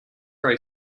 ray